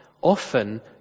often